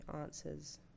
answers